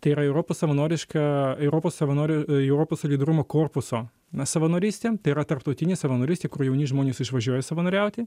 tai yra europos savanoriška europos savanorių europos solidarumo korpuso na savanorystė yra tarptautinė savanorystė kur jauni žmonės išvažiuoja savanoriauti